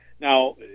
now